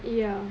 ya